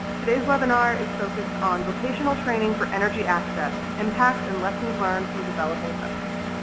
today's webinar is focused on vocational training for energy access, impacts and lessons learned from developing countries.